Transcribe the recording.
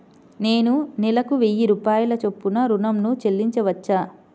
నేను నెలకు వెయ్యి రూపాయల చొప్పున ఋణం ను చెల్లించవచ్చా?